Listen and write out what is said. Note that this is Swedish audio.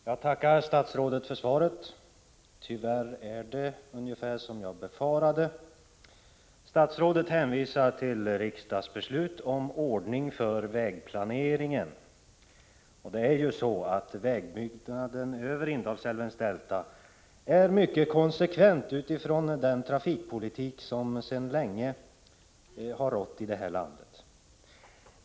Herr talman! Jag tackar statrådet för svaret. Tyvärr är det ungefär som jag befarade. Statsrådet hänvisar till riksdagsbeslut om ordningen för vägplanering. Vägbyggnaden över Indalsälvens delta är mycket konsekvent med utgångspunkt i den trafikpolitik som sedan länge har rått i det här landet.